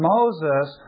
Moses